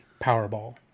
Powerball